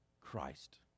Christ